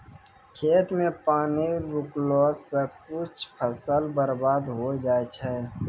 खेत मे पानी रुकला से कुछ फसल बर्बाद होय जाय छै